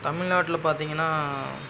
தமிழ்நாட்டில் பார்த்திங்கன்னா